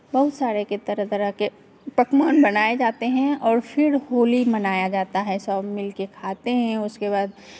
बहुत सारे के तरह तरह के पकवान बनाए जाते हैं और फिर होली मनाया जाता है सब मिल के खाते हैं उसके बाद